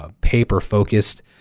paper-focused